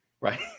right